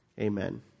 Amen